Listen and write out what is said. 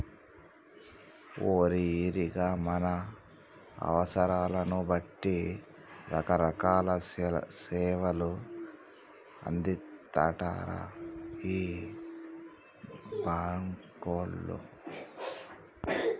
ఓరి ఈరిగా మన అవసరాలను బట్టి రకరకాల సేవలు అందిత్తారటరా ఈ బాంకోళ్లు